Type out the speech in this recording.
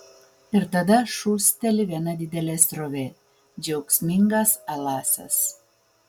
ir tada šūsteli viena didelė srovė džiaugsmingas alasas